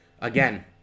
again